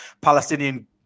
Palestinian